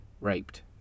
raped